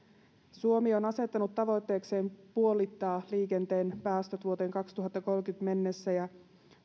suomi on asettanut tavoitteekseen puolittaa liikenteen päästöt vuoteen kaksituhattakolmekymmentä mennessä